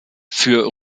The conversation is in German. für